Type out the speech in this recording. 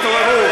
שיתעוררו,